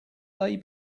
they